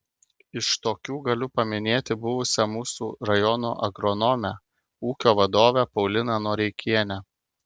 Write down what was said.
iš tokių galiu paminėti buvusią mūsų rajono agronomę ūkio vadovę pauliną noreikienę